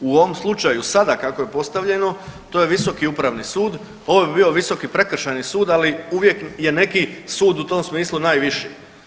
U ovom slučaju sada kako je postavljeno, to je Visoki upravni sud, ovo bi bio Visoki prekršajni sud, ali uvijek je neki sud u tom smislu najviši.